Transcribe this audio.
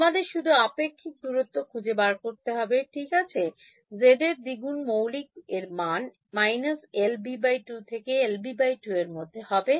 আমাদের শুধু আপেক্ষিক দূরত্ব খুঁজে বার করতে হবে ঠিক আছেz এর দ্বিগুন মৌলিক এর মান − LB2 থেকে LB2 এর মধ্যে হবে